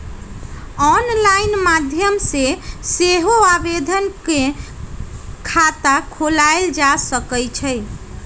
online माध्यम से सेहो आवेदन कऽ के खता खोलायल जा सकइ छइ